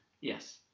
Yes